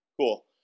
Cool